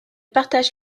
partage